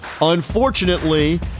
Unfortunately